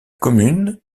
commune